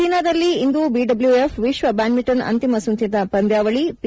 ಚೀನಾದಲ್ಲಿ ಇಂದು B W F ವಿಶ್ವ ಬ್ಯಾಡ್ಮಿಂಟನ್ ಅಂತಿಮ ಸುತ್ತಿನ ಪಂದ್ಯಾವಳಿ ಪಿ